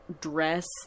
dress